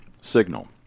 signal